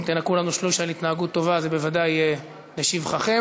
אם תנכו לנו שליש על התנהגות טובה זה בוודאי יהיה לשבחכם,